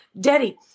daddy